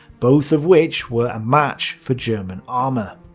both of which were a match for german armour.